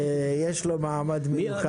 יש לו מעמד מיוחד.